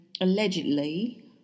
allegedly